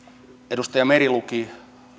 edustaja meri luki